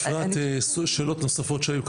אפרת, תתייחסו לשאלות נוספות שהיו כאן.